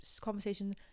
conversation